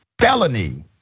felony